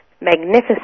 magnificent